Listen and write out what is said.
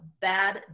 bad